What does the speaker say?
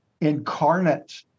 incarnate